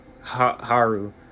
Haru